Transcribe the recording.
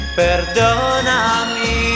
perdonami